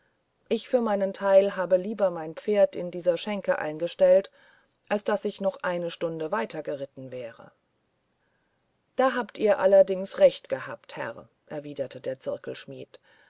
ich für meinen teil habe lieber mein pferd in dieser schenke eingestellt als daß ich nur noch eine stunde weitergeritten wäre da habt ihr allerdings recht gehabt herr erwiderte der